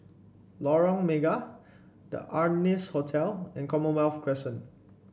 Lorong Mega The Ardennes Hotel and Commonwealth Crescent